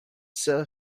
sir